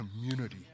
community